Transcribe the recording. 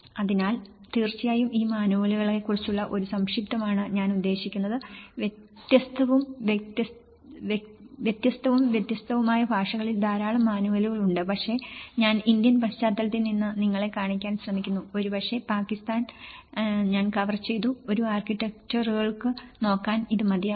അതിനാൽ തീർച്ചയായും ഈ മാനുവലുകളെ കുറിച്ചുള്ള ഒരു സംക്ഷിപ്തമാണ് ഞാൻ ഉദ്ദേശിക്കുന്നത് വ്യത്യസ്തവും വ്യത്യസ്തവുമായ ഭാഷകളിൽ ധാരാളം മാനുവലുകൾ ഉണ്ട് പക്ഷേ ഞാൻ ഇന്ത്യൻ പശ്ചാത്തലത്തിൽ നിന്ന് നിങ്ങളെ കാണിക്കാൻ ശ്രമിക്കുന്നു ഒരുപക്ഷേ പാകിസ്ഥാൻ ഞാൻ കവർ ചെയ്തു ഒരു ആർക്കിടെക്റ്റുകൾക്ക് നോക്കാൻ ഇത് മതിയാകും